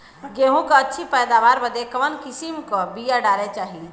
गेहूँ क अच्छी पैदावार बदे कवन किसीम क बिया डाली जाये?